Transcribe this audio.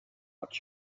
what